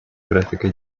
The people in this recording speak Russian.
графика